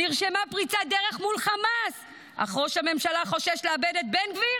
נרשמה פריצת דרך מול חמאס אבל ראש הממשלה חושש לאבד את בן גביר